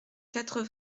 quatre